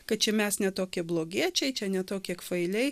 kad čia mes ne tokie blogiečiai čia ne tokie kvailiai